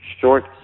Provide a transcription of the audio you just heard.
short